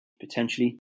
potentially